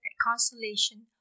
consolation